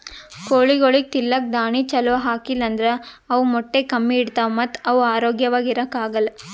ಕೋಳಿಗೊಳಿಗ್ ತಿಲ್ಲಕ್ ದಾಣಿ ಛಲೋ ಹಾಕಿಲ್ ಅಂದ್ರ ಅವ್ ಮೊಟ್ಟೆ ಕಮ್ಮಿ ಇಡ್ತಾವ ಮತ್ತ್ ಅವ್ ಆರೋಗ್ಯವಾಗ್ ಇರಾಕ್ ಆಗಲ್